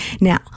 Now